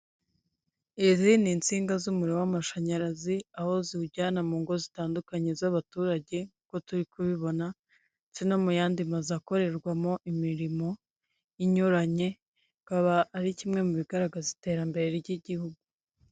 Izi ninsinga z'umuriro w'amashanyarazi aho ziwujyana mungo zitandukanye z'abaturage nkuko turi kubibona, ndetse no muyandi mazu akorerwamo imirimo inyuranye akaba Ari kimwe mubigararagaza iterambere ry'igihugu.